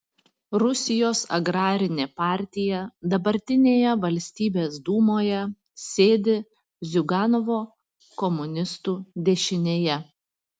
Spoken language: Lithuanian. rusijos agrarinė partija dabartinėje valstybės dūmoje sėdi ziuganovo komunistų dešinėje